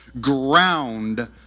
ground